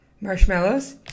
marshmallows